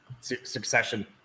succession